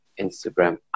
Instagram